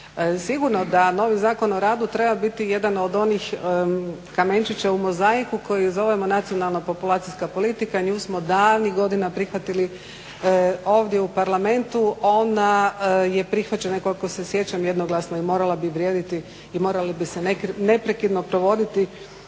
Sigurno da novi Zakon o radu treba biti jedan od onih kamenčića u mozaiku koji zovemo nacionalna populacijska politika nju smo davnih godina prihvatili ovdje u Parlamentu onda je prihvaćena koliko se sjećam jednoglasno i morala bi vrijediti i morala bi se neprekidno provoditi